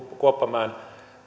kuoppamäen